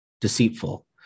Deceitful